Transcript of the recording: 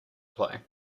play